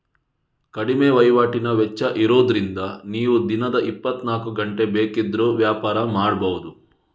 ಕಡಿಮೆ ವೈವಾಟಿನ ವೆಚ್ಚ ಇರುದ್ರಿಂದ ನೀವು ದಿನದ ಇಪ್ಪತ್ತನಾಲ್ಕು ಗಂಟೆ ಬೇಕಿದ್ರೂ ವ್ಯಾಪಾರ ಮಾಡ್ಬಹುದು